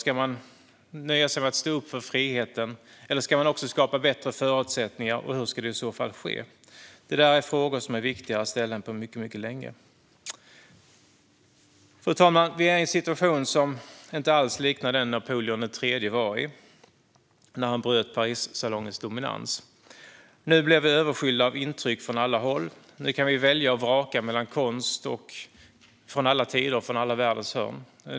Ska man nöja sig med att stå upp för friheten? Eller ska man också skapa bättre förutsättningar, och hur ska det i så fall ske? Det är frågor som är viktigare att ställa än på mycket länge. Fru talman! Vi är i en situation som inte alls liknar den Napoleon III var i när han bröt Parissalongens dominans. Nu blir vi översköljda av intryck från alla håll. Nu kan vi välja och vraka mellan konst från alla tider och alla världens hörn.